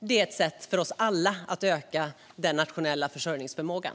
Det är ett sätt för oss alla att öka den nationella försörjningsförmågan.